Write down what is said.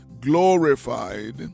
glorified